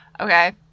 Okay